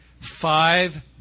five